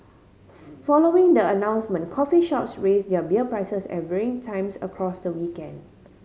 following the announcement coffee shops raised their beer prices at varying times across the weekend